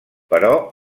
però